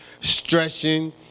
stretching